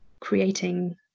creating